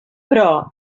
però